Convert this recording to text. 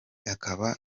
akaba